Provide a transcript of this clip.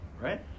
right